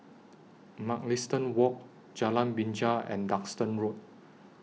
Mugliston Walk Jalan Binja and Duxton Road